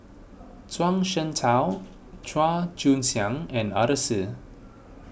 Zhuang Shengtao Chua Joon Siang and Arasu